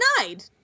denied